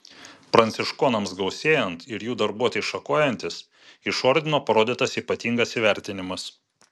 pranciškonams gausėjant ir jų darbuotei šakojantis iš ordino parodytas ypatingas įvertinimas